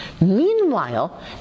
meanwhile